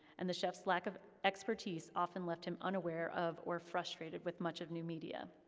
and the chef's lack of expertise often left him unaware of, or frustrated with much of new media.